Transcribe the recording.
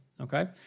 Okay